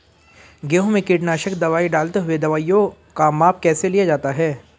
गेहूँ में कीटनाशक दवाई डालते हुऐ दवाईयों का माप कैसे लिया जाता है?